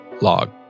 log